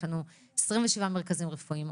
יש לנו 27 מרכזים רפואיים,